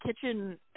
kitchen